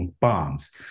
bombs